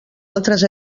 altres